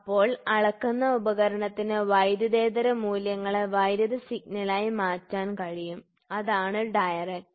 അപ്പോൾ അളക്കുന്ന ഉപകരണത്തിന് വൈദ്യുതേതര മൂല്യങ്ങളെ വൈദ്യുത സിഗ്നലായി മാറ്റാൻ കഴിയും അതാണ് ഡയറക്റ്റ്